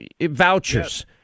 vouchers